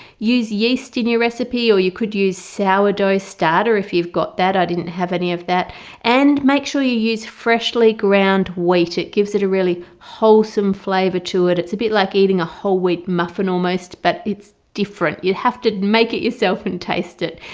use yeast in your recipe or you could use sourdough starter if you've got that i didn't have any of that and make sure you use freshly ground wheat it gives it a really wholesome flavor to it it's a bit like eating a whole wheat muffin almost but it's different you have to make it yourself and taste it.